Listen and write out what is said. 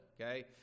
okay